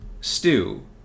stew